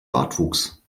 bartwuchs